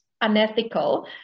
unethical